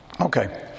Okay